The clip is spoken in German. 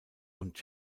und